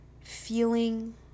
feeling